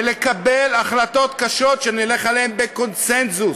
ולקבל החלטות קשות, שנלך עליהן בקונסנזוס.